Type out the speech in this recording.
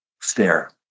stare